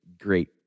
great